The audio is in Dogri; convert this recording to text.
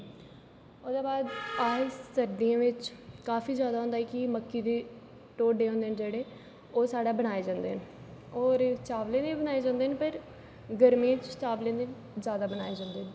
ओहदे बाद अस सर्दियें बिच काफी ज्यादा होंदा कि मक्की दी रुटी ढोडे होंदे ना जेहडे़ ओह् साढ़े बनाए जंदे ना और चावलें दे वबी बनाए जंदे ना फिर गर्मियें च चावले दे ज्यादा बनाए जंदे ना